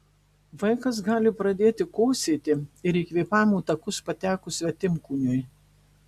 vaikas gali pradėti kosėti ir į kvėpavimo takus patekus svetimkūniui